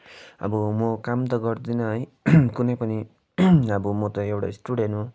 अब म काम त गर्दिन है कुनै पनि अब म त एउटा स्टुडेन्ट हो